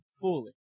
fully